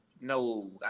No